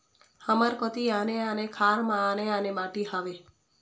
हमर कोती आने आने खार म आने आने माटी हावे?